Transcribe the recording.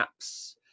apps